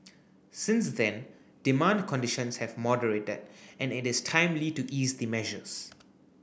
since then demand conditions have moderated and it is timely to ease the measures